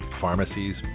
pharmacies